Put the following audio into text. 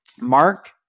Mark